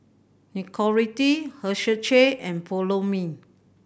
Nicorette Herschel and Follow Me